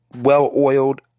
well-oiled